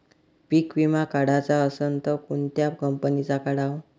पीक विमा काढाचा असन त कोनत्या कंपनीचा काढाव?